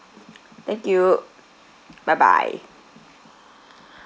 thank you bye bye